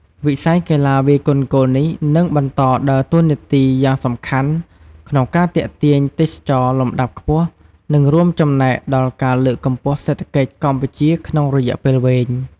វិស័យកីឡាវាយកូនហ្គោលនេះនឹងបន្តដើរតួនាទីយ៉ាងសំខាន់ក្នុងការទាក់ទាញទេសចរណ៍លំដាប់ខ្ពស់ និងរួមចំណែកដល់ការលើកកម្ពស់សេដ្ឋកិច្ចកម្ពុជាក្នុងរយៈពេលវែង។